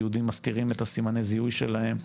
יהודים מסתירים את הסימני זיהוי שלהם,